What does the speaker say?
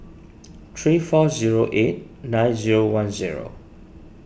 three four zero eight nine zero one zero